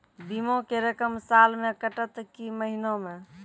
बीमा के रकम साल मे कटत कि महीना मे?